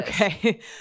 Okay